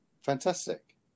Fantastic